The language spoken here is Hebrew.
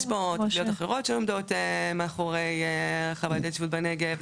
או ש --- יש פה תביעות אחרות שעומדות מאחורי הרחבת ההתיישבות בנגב.